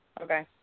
okay